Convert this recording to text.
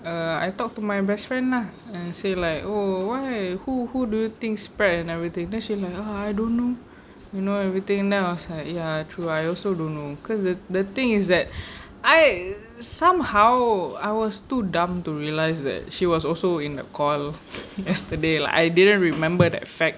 err I talk to my best friend lah and say like oh why who who do you think spread and everything then she like ah I don't know you know everything then I was like ya true I also don't know because the thing is that I somehow I was too dumb to realise that she was also in that call yesterday lah like I didn't remember that fact